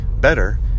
better